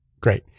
great